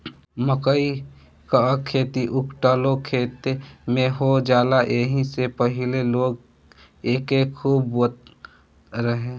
मकई कअ खेती उखठलो खेत में हो जाला एही से पहिले लोग एके खूब बोअत रहे